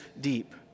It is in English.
deep